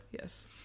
Yes